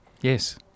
Yes